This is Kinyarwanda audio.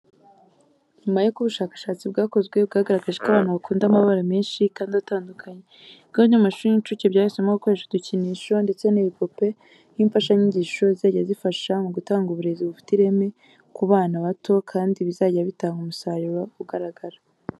Nyuma yuko ubushakashatsi bwakozwe bwagaragaje ko abana bakunda amabara menshi kandi atandukanye, ibigo by'amashuri y'incuke byahisemo gukoresha udukinisho, ndetse n'ibipupe nk'imfashanyigisho zizajya zibafasha mu gutanga uburezi bufite ireme ku bana bato kandi bizajya bitanga umusaruro ugaragara.